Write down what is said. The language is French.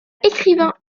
écrivain